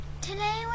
Today